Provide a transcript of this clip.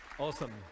Awesome